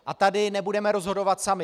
A tady nebudeme rozhodovat sami.